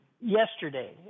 yesterday